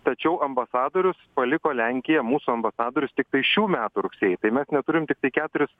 tačiau ambasadorius paliko lenkiją mūsų ambasadorius tiktai šių metų rugsėjį tai mes neturim tiktai keturis